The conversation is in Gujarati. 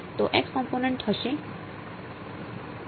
તો કોમ્પોનેંટ હશે